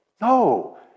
No